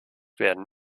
werden